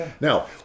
Now